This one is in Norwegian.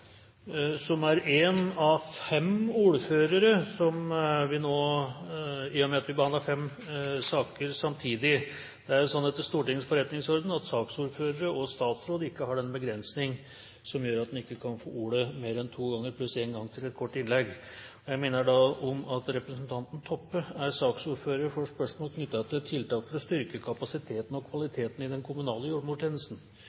som er en av fem saksordførere. I og med at vi behandler fem saker samtidig, er det sånn etter Stortingets forretningsorden at saksordførere og statsråd ikke har den begrensning som gjør at en ikke kan få ordet mer enn to ganger pluss en gang til et kort innlegg. Jeg minner da om at representanten Toppe er saksordfører for spørsmål knyttet til tiltak for å styrke kapasiteten og